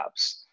apps